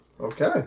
Okay